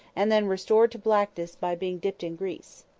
and then restored to blackness by being dipped in grease.